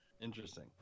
Interesting